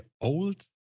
old